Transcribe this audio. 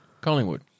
Collingwood